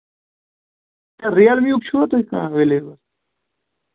اچھا رِیلمیُک چھُوا تُہۍ کانٛہہ ایویلیبٕل